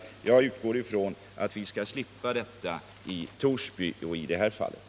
Jag utgår från att vi skall slippa det i Torsby kommun i det här fallet.